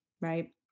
right